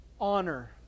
honor